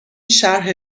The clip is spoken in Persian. شرح